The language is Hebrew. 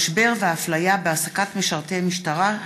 המשבר והאפליה בהעסקת משרתי משטרה,